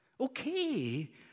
Okay